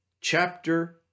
chapter